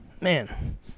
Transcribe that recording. Man